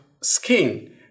skin